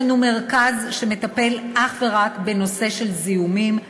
יש לנו מרכז שמטפל אך ורק בנושא של זיהומים,